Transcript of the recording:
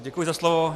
Děkuji za slovo.